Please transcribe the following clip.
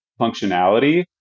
functionality